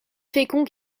fécond